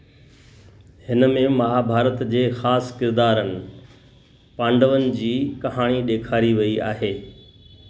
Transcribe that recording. हिनमें महाभारत जे ख़ासि किरदारनि पांडवनि जी कहाणी ॾेखारी वई आहे